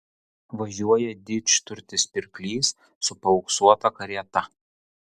važiuoja didžturtis pirklys su paauksuota karieta